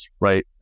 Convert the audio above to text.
Right